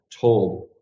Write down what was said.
told